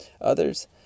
Others